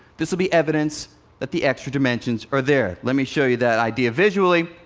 this will be evidence that the extra dimensions are there. let me show you that idea visually.